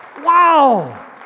Wow